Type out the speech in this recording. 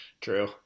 True